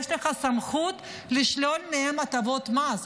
יש לך סמכות לשלול מהם הטבות מס.